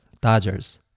Dodgers